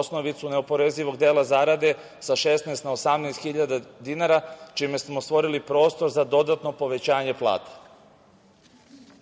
osnovicu neoporezivog dela zarade sa 16 na 18 hiljada dinara, čime smo stvorili prostor za dodatno povećanje